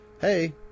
hey